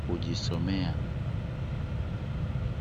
kujisomea.